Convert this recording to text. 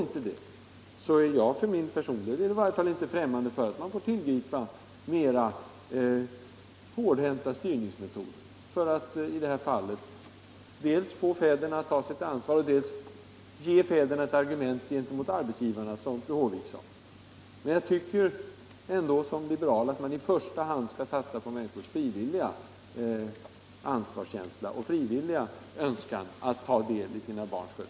Annars är jag för min personliga del inte främmande för att man får tillgripa längre gående styrnings 53 metoder, för att dels få fäderna att ta sitt ansvar, dels ge dem ett argument gentemot arbetsgivarna, som fru Håvik sade. Jag tycker som liberal att man i första hand skall satsa på männens ansvarskänsla och önskan att frivilligt ta del i barnens skötsel.